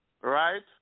Right